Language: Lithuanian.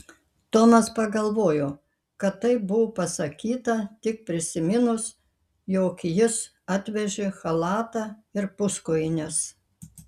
tomas pagalvojo kad taip buvo pasakyta tik prisiminus jog jis atvežė chalatą ir puskojines